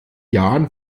jahren